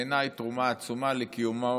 בעיניי, תרומה עצומה לקיומה